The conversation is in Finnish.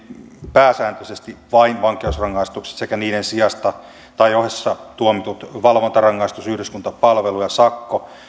pääsääntöisesti vain vankeusrangaistukset sekä niiden sijasta tai ohessa tuomitut valvontarangaistus yhdyskuntapalvelu ja sakko